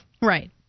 Right